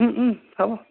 হ'ব